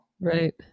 Right